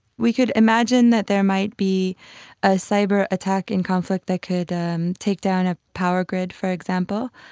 we could imagine that there might be a cyber-attack in conflict that could and take down a power grid, for example,